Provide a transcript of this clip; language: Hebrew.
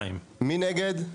2 נגד,